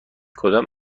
کدام